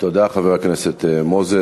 תודה, חבר הכנסת מוזס.